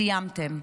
סיימתם.